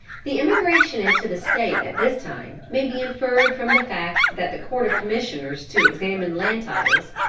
the emigration into the state at this time may be inferred from the fact that the court of commissioners to examine land titles,